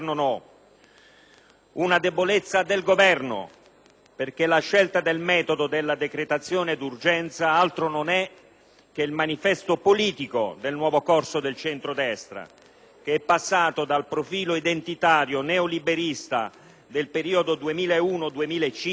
una debolezza del Governo perché la scelta del metodo della decretazione d'urgenza altro non è che il manifesto politico del nuovo corso del centrodestra, che è passato dal profilo identitario neoliberista del periodo 2001-2005,